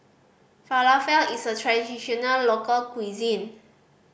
falafel is a traditional local cuisine